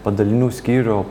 padalinių skyrių